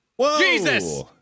Jesus